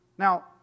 Now